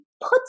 puts